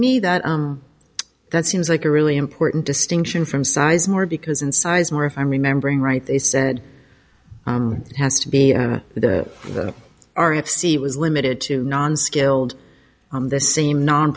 me that that seems like a really important distinction from sizemore because in sizemore if i'm remembering right they said it has to be the r f c was limited to non skilled on the same non